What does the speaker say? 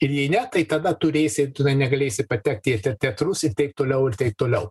ir jei ne tai tada turėsi tu tada negalėsi patekti į teatrus ir taip toliau ir taip toliau